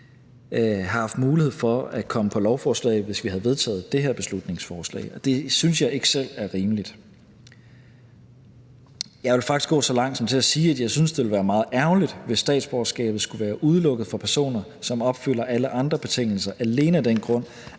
have haft mulighed for at komme på lovforslaget, hvis vi havde vedtaget det her beslutningsforslag, og det synes jeg ikke selv er rimeligt. Jeg vil faktisk gå så langt som til at sige, at jeg synes, det ville være meget ærgerligt, hvis statsborgerskabet skulle være udelukket for personer, som opfylder alle andre betingelser, alene af den grund,